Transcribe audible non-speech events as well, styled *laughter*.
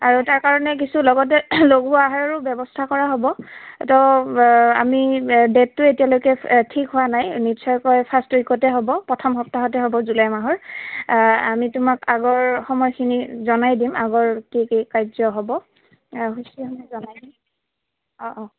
আৰু তাৰ কাৰণে কিছু লগতে লঘু আহাৰো ব্যৱস্থা কৰা হ'ব তো আমি ডেটটো এতিয়ালৈকে ঠিক হোৱা নাই নিশ্চয়কৈ ফাৰ্ষ্ট উইকতে হ'ব প্ৰথম সপ্তাহতে হ'ব জুলাই মাহৰ আমি তোমাক আগৰ সময়খিনি জনাই দিম আগৰ কি কি কাৰ্য হ'ব *unintelligible* জনাই দিম অঁ অঁ